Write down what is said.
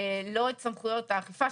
לא את סמכויות האכיפה,